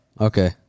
Okay